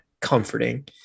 comforting